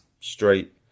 straight